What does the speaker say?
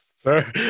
Sir